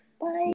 Bye